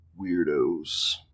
weirdos